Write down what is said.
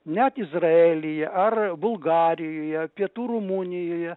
net izraely ar bulgarijoje pietų rumunijoje